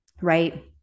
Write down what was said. right